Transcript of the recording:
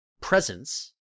presence